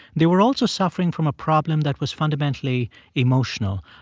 they were also suffering from a problem that was fundamentally emotional.